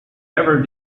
ever